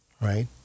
right